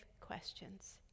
questions